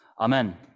amen